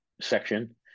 Section